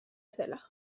zela